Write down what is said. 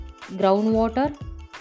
groundwater